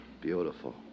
Beautiful